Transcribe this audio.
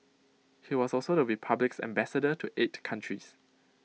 he was also the republic's Ambassador to eight countries